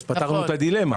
אז פתרנו את הדילמה.